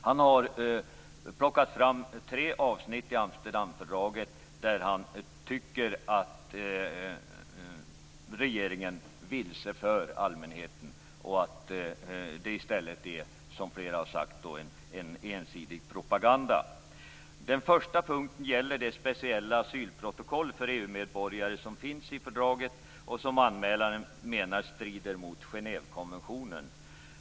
Han har plockat fram tre avsnitt i informationen om Amsterdamfördraget där han tycker att regeringen vilseför allmänheten och att det är en ensidig propaganda, som flera har sagt. Den första punkten gäller det speciella asylprotokoll för EU-medborgare som finns i fördraget. Anmälaren menar att det strider mot Genèvekonventionen.